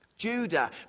Judah